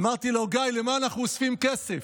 אמרתי לו: גיא, למה אנחנו אוספים כסף?